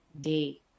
day